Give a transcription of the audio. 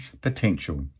potential